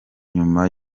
nyuma